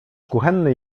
kuchenny